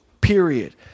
Period